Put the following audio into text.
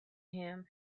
him